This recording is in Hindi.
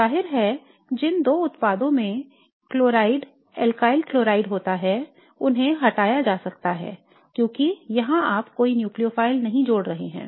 तो जाहिर है जिन 2 उत्पादों में क्लोराइड एल्काइल क्लोराइड होता है उन्हें हटाया जा सकता है क्योंकि यहां आप कोई न्यूक्लियोफाइल नहीं जोड़ रहे हैं